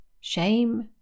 shame